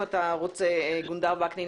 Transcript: גונדר וקנין,